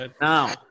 Now